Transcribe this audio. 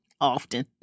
Often